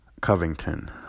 Covington